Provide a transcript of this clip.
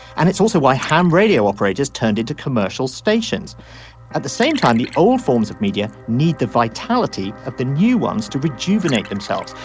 and it's also why ham radio operators turned into commercial stations at the same time the old forms of media need the vitality of the new ones to rejuvenate themselves.